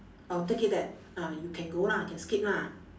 I will take it that ah you can go lah can skip lah